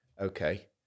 Okay